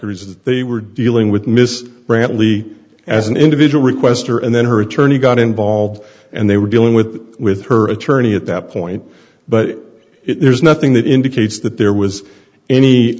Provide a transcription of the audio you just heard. that they were dealing with ms brantley as an individual requester and then her attorney got involved and they were dealing with with her attorney at that point but there's nothing that indicates that there was any